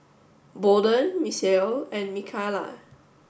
Bolden Misael and Micayla